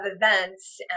events